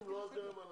אם לא נראה מה לעשות,